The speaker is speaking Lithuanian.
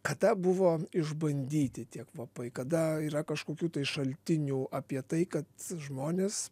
kada buvo išbandyti tie kvapai kada yra kažkokių tai šaltinių apie tai kad žmonės